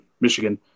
Michigan